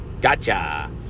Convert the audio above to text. Gotcha